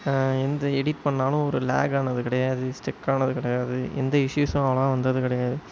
எந்த எடிட் பண்ணாலும் ஒரு லாக் ஆனது கிடையாது ஸ்ட்ரெக் ஆனது கிடையாது எந்த இஷ்யூஸும் அவ்வளோவா வந்தது கிடையாது